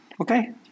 okay